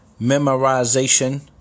memorization